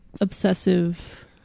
obsessive